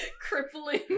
crippling